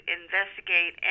investigate